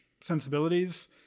sensibilities